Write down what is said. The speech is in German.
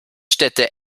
städte